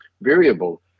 variable